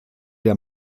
der